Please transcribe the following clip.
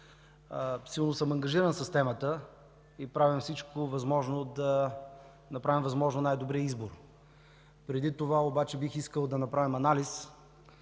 силно съм ангажиран с темата и правим всичко възможно да направим възможно най-добрия избор. Преди това обаче бих искал да направим анализ